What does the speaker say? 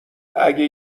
اگه